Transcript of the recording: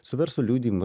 su verslo liudijimu